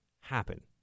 happen